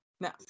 No